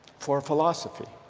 for philosophy.